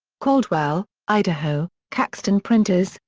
caldwell, idaho caxton printers,